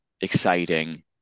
exciting